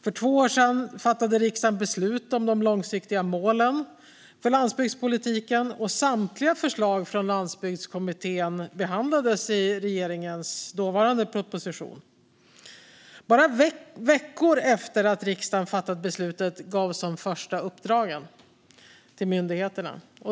För två år sedan fattade riksdagen beslut om de långsiktiga målen för landsbygdspolitiken. Samtliga förslag från Landsbygdskommittén behandlades i regeringens då aktuella proposition. Bara veckor efter att riksdagen hade fattat beslut gavs sedan de första uppdragen till myndigheterna.